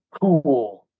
cool